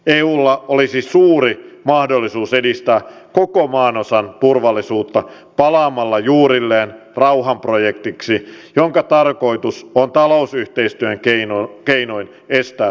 eulla olisi suuri mahdollisuus edistää koko maanosan turvallisuutta palaamalla juurilleen rauhanprojektiksi jonka tarkoitus on talousyhteistyön keinoin estää tulevat sodat